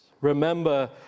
Remember